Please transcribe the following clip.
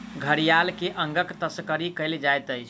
घड़ियाल के अंगक तस्करी कयल जाइत अछि